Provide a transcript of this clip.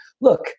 Look